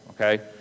okay